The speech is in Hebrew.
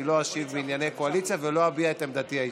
אני לא אשיב בענייני קואליציה ולא אביע את עמדתי האישית.